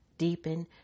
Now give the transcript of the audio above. Deepen